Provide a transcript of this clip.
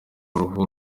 uruhu